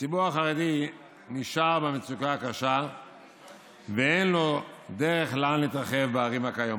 הציבור החרדי נשאר במצוקה הקשה ואין לו דרך לאן להתרחב בערים הקיימות.